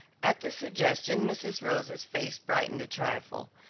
at this suggestion, mrs. rosa's face brightened a trifle,